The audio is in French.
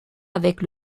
avec